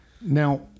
Now